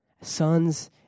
sons